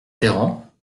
ferrand